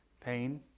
pain